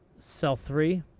sell three?